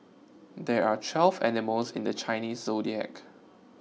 there are twelve animals in the Chinese zodiac